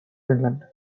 finland